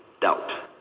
doubt